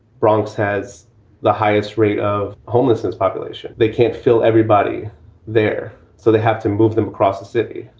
bronx has the highest rate of homelessness population. they can't fill everybody there. so they have to move them across the city,